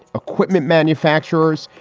equipment manufacturers,